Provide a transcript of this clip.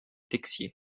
texier